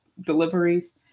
deliveries